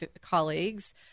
colleagues